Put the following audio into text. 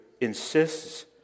insists